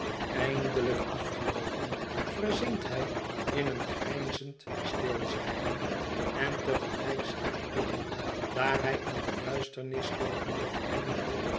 eindelijk afgeloopen verzinkt hij in een grijnzend stilzwijgen en te gelijk schrikt guppy daar hij in de duisternis tegenover hem